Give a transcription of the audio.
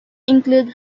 include